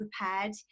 prepared